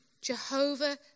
Jehovah